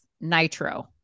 nitro